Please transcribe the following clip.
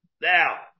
Now